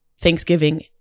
Thanksgiving